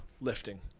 lifting